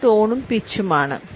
അത് ടോണും പിച്ചും ആണ്